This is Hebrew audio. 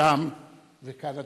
שם וכאן,